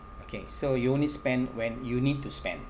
okay so you only spend when you need to spend